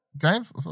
games